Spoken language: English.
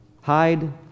hide